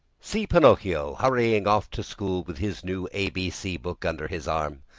see pinocchio hurrying off to school with his new a b c book under his arm!